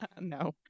No